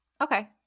Okay